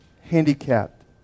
handicapped